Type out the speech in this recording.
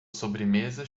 sobremesa